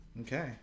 Okay